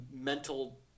mental